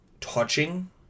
touching